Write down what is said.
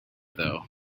though